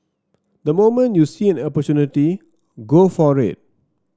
the moment you see an opportunity go for it